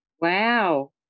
Wow